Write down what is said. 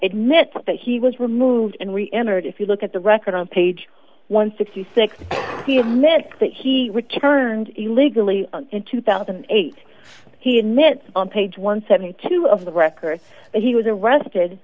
admits that he was removed and we entered if you look at the record on page one sixty six he admits that he returned illegally in two thousand and eight he admits on page one seventy two of the record he was arrested